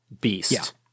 beast